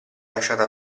lasciata